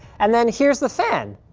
and then here's the fan,